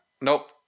Nope